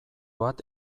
bat